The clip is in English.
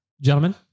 Gentlemen